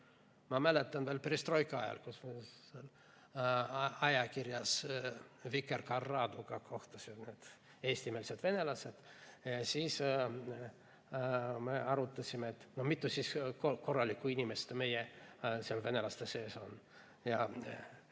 Ma mäletan, veel perestroika ajal, kui ajakirjas Vikerkaar/Raduga kohtusid eestimeelsed venelased ja siis me arutasime, et no mitu korralikku inimest meie venelaste seas on. Ja